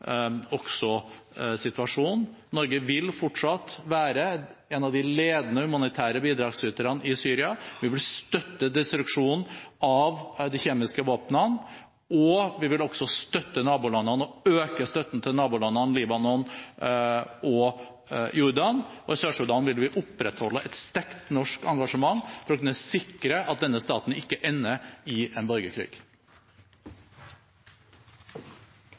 også situasjonen. Norge vil fortsatt være en av de ledende humanitære bidragsyterne i Syria. Vi vil støtte destruksjonen av de kjemiske våpnene, og vi vil også støtte nabolandene og øke støtten til nabolandene Libanon og Jordan. I Sør-Sudan vil vi opprettholde et sterkt norsk engasjement for å kunne sikre at denne staten ikke ender i en borgerkrig.